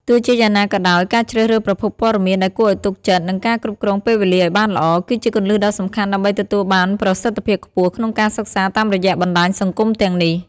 ទោះជាយ៉ាងណាក៏ដោយ ការជ្រើសរើសប្រភពព័ត៌មានដែលគួរឲ្យទុកចិត្ត និងការគ្រប់គ្រងពេលវេលាឲ្យបានល្អ គឺជាគន្លឹះដ៏សំខាន់ដើម្បីទទួលបានប្រសិទ្ធភាពខ្ពស់ក្នុងការសិក្សាតាមរយៈបណ្ដាញសង្គមទាំងនេះ។